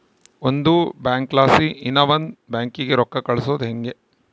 ಒಂದು ಬ್ಯಾಂಕ್ಲಾಸಿ ಇನವಂದ್ ಬ್ಯಾಂಕಿಗೆ ರೊಕ್ಕ ಕಳ್ಸೋದು ಯಂಗೆ